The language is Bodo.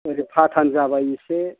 ओरै फाथान जाबाय एसे